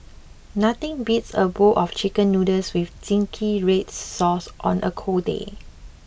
nothing beats a bowl of chicken noodles with zingy red sauce on a cold day